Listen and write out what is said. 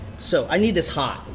so, i need this hot.